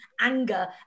anger